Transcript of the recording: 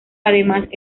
además